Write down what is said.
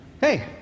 Hey